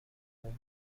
بابام